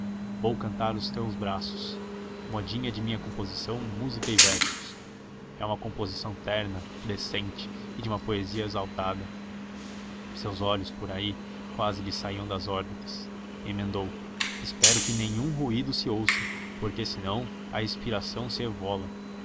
vou cantar os teus braços modinha de minha composição música e versos é uma composição terna decente e de uma poesia exaltada seus olhos por aí quase saíam das órbitas emendou espero que nenhum ruído se ouça porque senão a inspiração